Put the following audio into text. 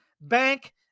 bank